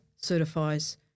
certifies